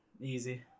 Easy